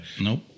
nope